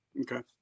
okay